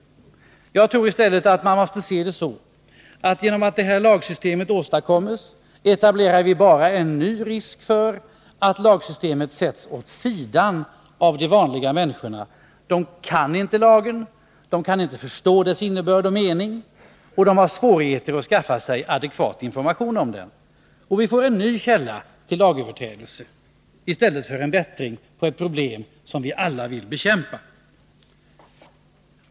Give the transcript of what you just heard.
Jag tror att man i stället måste se det så att genom att detta lagsystem åstadkommes etablerar vi bara en ny risk för att lagsystemet sätts åt sidan av de vanliga människorna. De kan inte lagen, förstår inte dess innebörd och mening, och de har svårigheter att skaffa sig adekvat information om den. Vi får en ny källa till lagöverträdelser i stället för lösning av ett redan existerande problem.